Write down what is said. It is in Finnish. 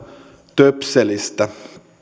töpselistä